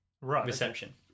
reception